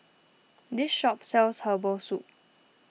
this shop sells Herbal Soup